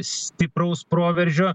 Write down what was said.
stipraus proveržio